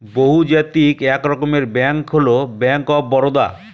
বহুজাতিক এক রকমের ব্যাঙ্ক হল ব্যাঙ্ক অফ বারদা